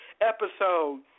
episode